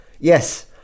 Yes